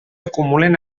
acumulen